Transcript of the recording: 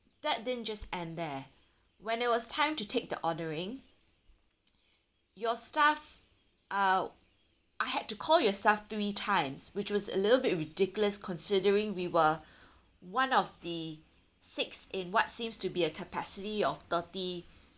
that didn't just end there when it was time to take the ordering your staff uh I had to call your staff three times which was a little bit ridiculous considering we were one of the six in what seems to be a capacity of thirty